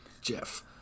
Jeff